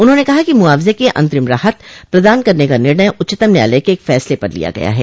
उन्होंने कहा कि मुआवजे की अन्तरिम राहत प्रदान करने का निर्णय उच्चतम न्यायालय के एक फैसले पर लिया गया है